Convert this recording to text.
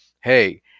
hey